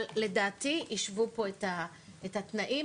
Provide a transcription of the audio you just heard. אבל לדעתי השוו פה את התנאים,